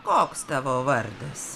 koks tavo vardas